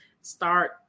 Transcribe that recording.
start